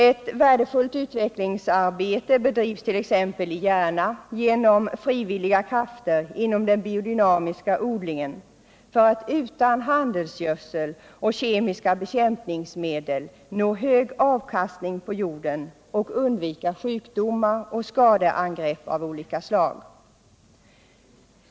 Ett värdefullt utvecklingsarbete bedrivs t.ex. i Järna genom frivilliga krafter inom den biodynamiska odlingen för att utan handelsgödsel och kemiska bekämpningsmedel nå hög avkastning på jorden och undvika sjukdomar och skadeangrepp av olika slag.